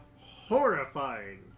Horrifying